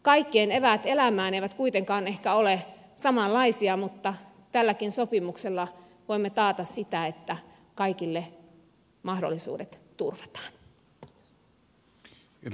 kaikkien eväät elämään eivät kuitenkaan ehkä ole samanlaisia mutta tälläkin sopimuksella voimme taata että kaikille mahdollisuudet turvataan